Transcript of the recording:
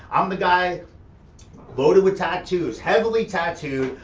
i'm the guy loaded with tattoos, heavily tattooed.